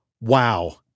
Wow